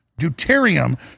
deuterium